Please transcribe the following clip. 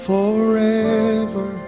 Forever